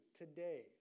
today